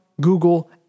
Google